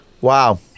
Wow